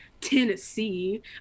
Tennessee